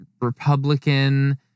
Republican